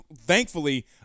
thankfully